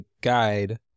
guide